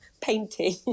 painting